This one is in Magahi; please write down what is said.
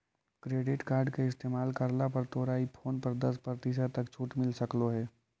क्रेडिट कार्ड के इस्तेमाल करला पर तोरा ई फोन पर दस प्रतिशत तक छूट मिल सकलों हे